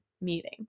meeting